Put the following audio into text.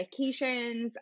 medications